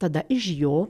tada iš jo